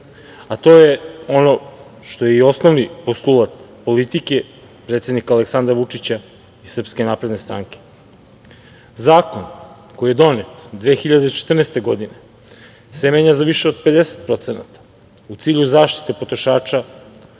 a to je ono što je i osnovni postulat politike, predsednika Aleksandra Vučića i SNS.Zakon koji je donet 2014. godine se menja za više od 50% u cilju zaštite potrošača,